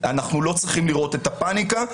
לא צריכים לראות את הפאניקה.